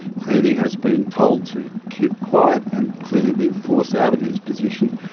clearly has been told to keep quiet, and clearly been forced out of his position.